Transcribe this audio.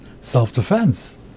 self-defense